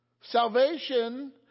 Salvation